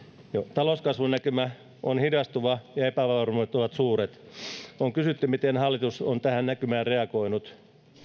talouskasvun näkymä on hidastuva ja epävarmuudet ovat suuret on kysytty miten hallitus on tähän näkymään reagoinut